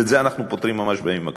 את זה אנחנו פותרים ממש בימים הקרובים.